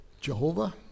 Jehovah